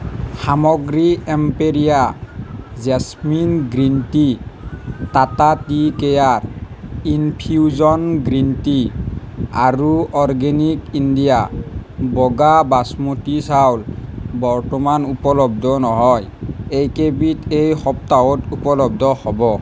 সামগ্ৰী Emperia jasmine green tea Tata tea care infusion green tea আৰু organic India বগা বাচমতি চাউল বৰ্তমান উপলব্ধ নহয় এইকেইবিধ এই সপ্তাহত উপলব্ধ হ'ব